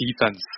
defense